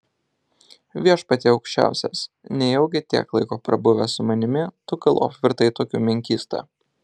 viešpatie aukščiausias nejaugi tiek laiko prabuvęs su manimi tu galop virtai tokiu menkysta